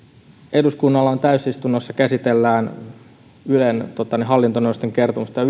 eduskunnan täysistunnossa käsitellään ylen hallintoneuvoston kertomusta